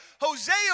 Hosea